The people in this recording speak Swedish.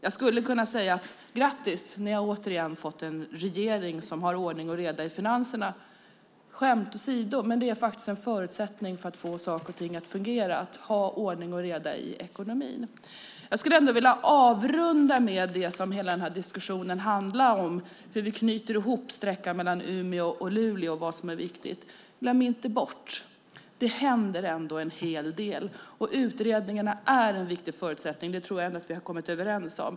Jag skulle kunna säga: Grattis, ni har återigen fått en regering som har ordning och reda i finanserna! Skämt åsido - för att få saker och ting att fungera är det faktiskt en förutsättning att ha ordning och reda i ekonomin. Jag skulle vilja avrunda med det hela denna diskussion handlar om, nämligen hur vi knyter ihop sträckan mellan Umeå och Luleå och vad som är viktigt. Glöm inte bort att det ändå händer en hel del! Utredningarna är en viktig förutsättning; det tror jag att vi har kommit överens om.